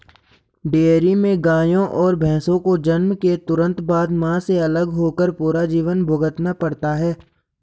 dairy में गायों और भैंसों को जन्म के तुरंत बाद, मां से अलग होकर पूरा जीवन भुगतना पड़ता है